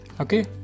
Okay